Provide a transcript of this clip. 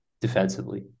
defensively